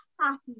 happy